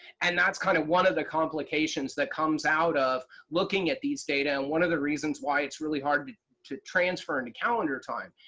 and that's kind of one of the complications that comes out of looking at these data and one of the reasons why it's really hard to transfer into calendar time.